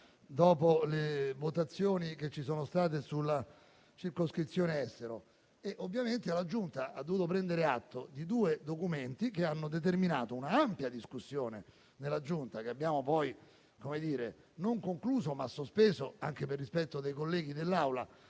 dopo le votazioni che ci sono state sulla circoscrizione estero. Ovviamente la Giunta ha dovuto prendere atto di due documenti che hanno determinato un'ampia discussione al suo interno che abbiamo non concluso, ma sospeso, anche per rispetto dei colleghi dell'Assemblea.